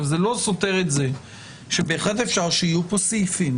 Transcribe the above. זה לא סותר שאפשר שיהיו סעיפים